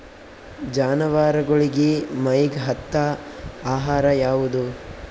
ಜಾನವಾರಗೊಳಿಗಿ ಮೈಗ್ ಹತ್ತ ಆಹಾರ ಯಾವುದು?